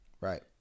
Right